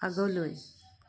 আগলৈ